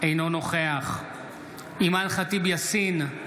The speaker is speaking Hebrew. אינו נוכח אימאן ח'טיב יאסין,